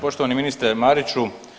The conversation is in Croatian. Poštovani ministre Mariću.